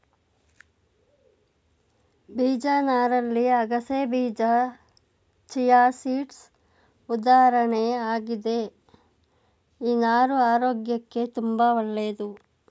ಬೀಜ ನಾರಲ್ಲಿ ಅಗಸೆಬೀಜ ಚಿಯಾಸೀಡ್ಸ್ ಉದಾಹರಣೆ ಆಗಿದೆ ಈ ನಾರು ಆರೋಗ್ಯಕ್ಕೆ ತುಂಬಾ ಒಳ್ಳೇದು